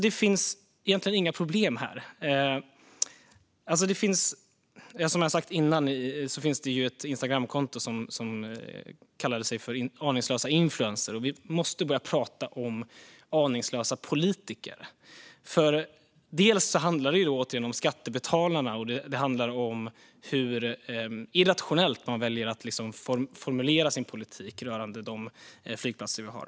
Det finns egentligen inga problem här. Som jag har sagt tidigare fanns det ett Instagramkonto som kallades Aningslösa influencers; vi måste börja prata om aningslösa politiker. Det handlar nämligen, återigen, bland annat om skattebetalarna, och det handlar om hur irrationellt man väljer att formulera sin politik för de flygplatser vi har.